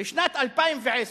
בשנת 2010,